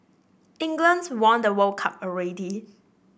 England's won the World Cup already